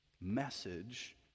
message